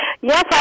Yes